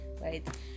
right